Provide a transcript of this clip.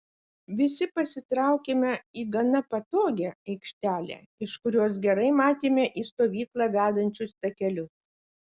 visi pasitraukėme į gana patogią aikštelę iš kurios gerai matėme į stovyklą vedančius takelius